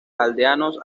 aldeanos